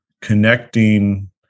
connecting